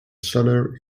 solar